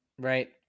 Right